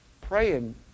praying